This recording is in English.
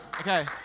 okay